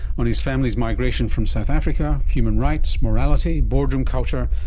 on his family's migration from south africa, human rights, morality, boardroom culture,